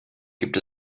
gibt